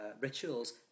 rituals